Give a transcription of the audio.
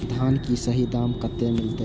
धान की सही दाम कते मिलते?